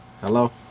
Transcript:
Hello